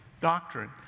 doctrine